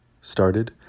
started